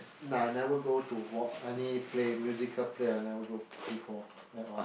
nah I never go to any play musical play I never go before at all